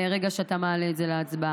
ברגע שאתה מעלה את זה להצבעה.